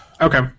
Okay